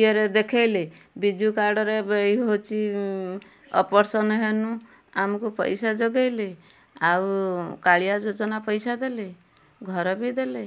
ଇଏରେ ଦେଖେଇଲେ ବିଜୁ କାର୍ଡ଼ରେ ଇଏ ହେଉଛି ଅପରେସନ୍ ହେନୁ ଆମକୁ ପଇସା ଯୋଗେଇଲେ ଆଉ କାଳିଆ ଯୋଜନା ପଇସା ଦେଲେ ଘର ବି ଦେଲେ